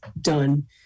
done